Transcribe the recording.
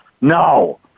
no